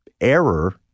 error